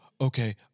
okay